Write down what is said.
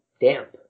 Damp